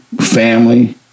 family